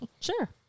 Sure